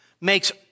makes